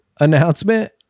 announcement